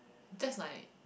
just like